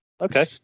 Okay